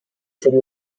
city